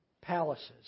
palaces